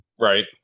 right